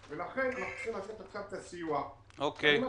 ולכן אנחנו צריכים לאשר עכשיו סיוע, ואני מציע,